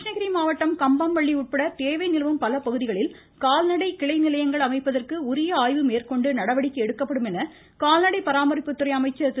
கிருஷ்ணகிரி மாவட்டம் கம்மம்பள்ளி உட்பட தேவை நிலவும் பல பகுதிகளில் கால்நடை கிளை நிலையங்கள் அமைப்பதற்கு உரிய ஆய்வு மேற்கொண்டு நடவடிக்கை எடுக்கப்படும் என்று கால்நடை பராமரிப்புத்துறை அமைச்சர் திரு